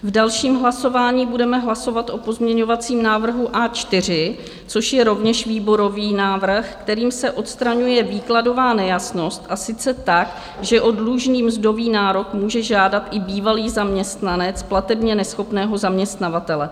V dalším hlasování budeme hlasovat o pozměňovacím návrhu A4, což je rovněž výborový návrh, kterým se odstraňuje výkladová nejasnost, a sice tak, že o dlužný mzdový nárok může žádat i bývalý zaměstnanec platebně neschopného zaměstnavatele.